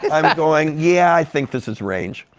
i'm going, yeah, i think this is arranged.